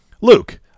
Luke